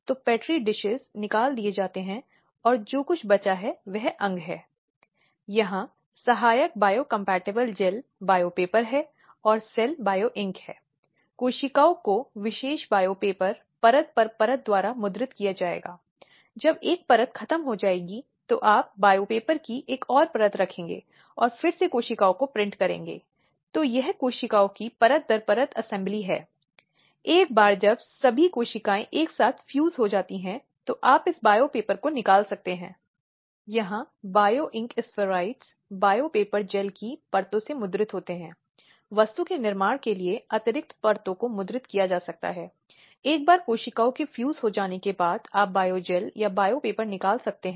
इसलिए धारा 498 ए में क्या रखा गया है जो है कि अगर एक महिला जो विवाहित है पति या पति के रिश्तेदारों द्वारा किसी भी क्रूरता या उत्पीड़न के अधीन है तो वह घरेलू हिंसा या क्रूरता के मामले में मुकदमा लगा सकती है